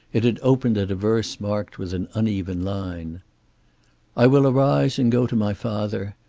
it had opened at a verse marked with an uneven line i will arise and go to my father,